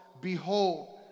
Behold